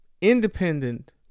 independent